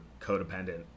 codependent